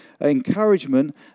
encouragement